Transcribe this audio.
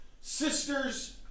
sisters